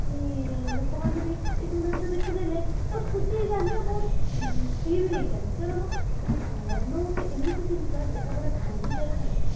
କି ଲୋକମାନେ ବି ଏସବୁ ନାଚ ଦେଖିଦେଲେ ବହୁତ ଖୁସି ହେଇଯାଆନ୍ତି ଆଉ ବହୁତ ଫ୍ରି ବି ହେଇଯାଆନ୍ତି କାରଣ ମନ ଗୋଟେ ଏମିତି ଜିନିଷ ଯେତବେଳ ଭାଙ୍ଗି ଯାଇଥାଏ